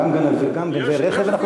גם גונבי רכב אנחנו צריכים לשמוע פה?